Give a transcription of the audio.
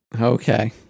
Okay